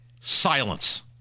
Silence